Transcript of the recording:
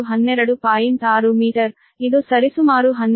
6 metre ಇದು ಸರಿಸುಮಾರು 12